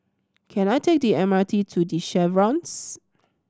can I take the M R T to The Chevrons